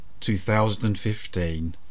2015